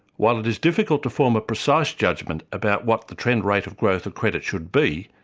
while it is difficult to form a precise judgment about what the trend rate of growth of credit should be,